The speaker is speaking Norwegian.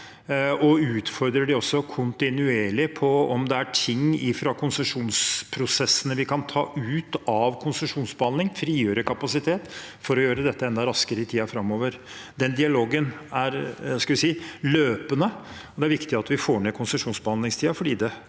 og utfordrer dem også kontinuerlig på om det er ting fra konsesjonsprosessene vi kan ta ut av konsesjonsbehandlingen for å frigjøre kapasitet og gjøre dette enda raskere i tiden framover. Den dialogen er løpende. Det er viktig at vi får ned konsesjonsbehandlingstiden,